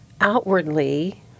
outwardly